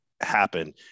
happen